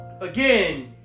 again